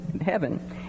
heaven